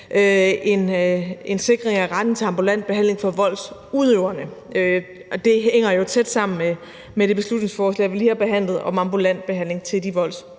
en sikring af retten til ambulant behandling for voldsudøverne, og det hænger jo tæt sammen med det beslutningsforslag om ambulant behandling til de voldsudsatte,